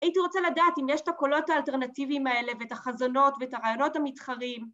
הייתי רוצה לדעת אם יש את הקולות האלטרנטיביים האלה ואת החזונות, ואת הרעיונות המתחרים